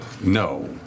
No